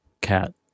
cat